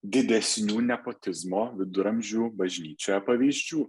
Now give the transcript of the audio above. didesnių nepotizmo viduramžių bažnyčioje pavyzdžių